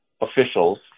officials